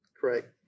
Correct